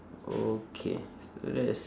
okay let's